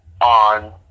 on